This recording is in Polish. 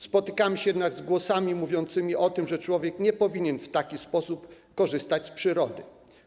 Spotykamy się z głosami mówiącymi o tym, że człowiek nie powinien w taki sposób korzystać z przyrody.